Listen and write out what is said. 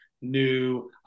new